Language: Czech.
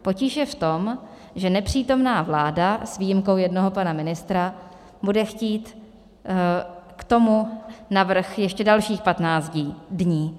Potíž je v tom, že nepřítomná vláda s výjimkou jednoho pana ministra bude chtít k tomu navrch ještě dalších 15 dní.